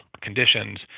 conditions